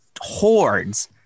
hordes